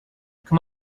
come